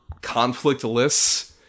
conflictless